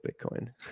Bitcoin